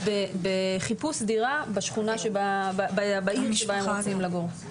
בחיפוש דירה בעיר בה הם רוצים לגור.